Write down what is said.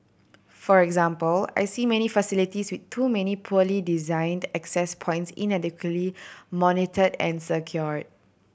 for example I see many facilities with too many poorly designed access points inadequately monitored and secured